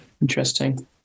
Interesting